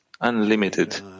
unlimited